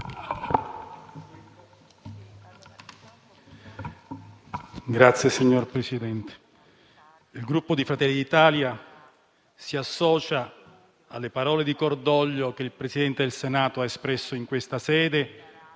*(FdI)*. Signor Presidente, il Gruppo Fratelli d'Italia si associa alle parole di cordoglio che il Presidente del Senato ha espresso in questa sede